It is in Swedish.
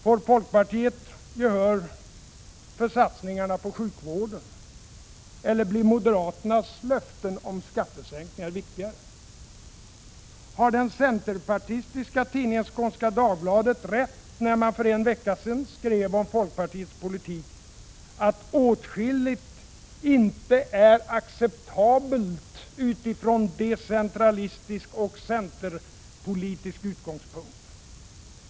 Får folkpartiet gehör för satsningarna på sjukvården, eller blir moderaternas löften om skattesänkningar viktigare? Har den centerpartistiska tidningen Skånska Dagbladet rätt, när man för en vecka sedan skrev om folkpartiets politik ”att åtskilligt inte är acceptabelt utifrån decentralistisk och centerpolitisk utgångspunkt”.